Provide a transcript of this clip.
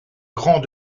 grand